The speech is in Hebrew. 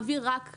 מעביר רק אלי.